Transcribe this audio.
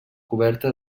coberta